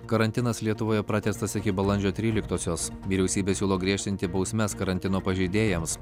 karantinas lietuvoje pratęstas iki balandžio tryliktosios vyriausybė siūlo griežtinti bausmes karantino pažeidėjams